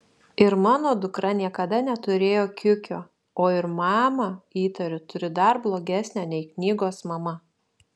ir mano dukra niekada neturėjo kiukio o ir mamą įtariu turi dar blogesnę nei knygos mama